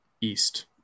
east